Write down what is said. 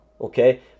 Okay